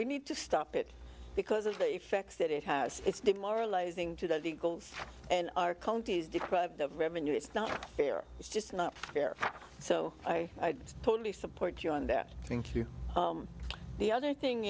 we need to stop it because of the effects that it has it's demoralizing to the legals and our counties deprived of revenue it's not fair it's just not fair so i totally support you on that thank you the other thing